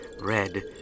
red